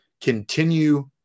continue